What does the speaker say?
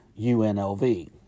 UNLV